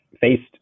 faced